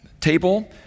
table